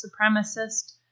supremacist